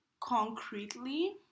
concretely